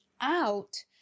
out